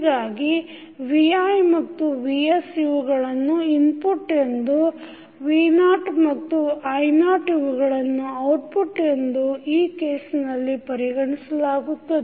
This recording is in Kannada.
ಹೀಗಾಗಿ vi ಮತ್ತು vsಇವುಗಳನ್ನು ಇನ್ಪುಟ್ ಎಂದು v0 ಮತ್ತು i0 ಇವುಗಳನ್ನು ಔಟ್ಪುಟ್ ಎಂದು ಈ ಕೇಸಿನಲ್ಲಿ ಪರಿಗಣಿಸಲಾಗುತ್ತದೆ